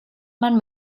man